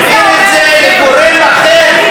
העביר את זה לגורם אחר,